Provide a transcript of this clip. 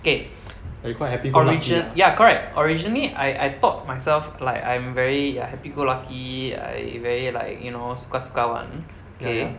kay origina~ ya correct originally I I thought myself like I'm very like happy go lucky I very like you know suka-suka [one] kay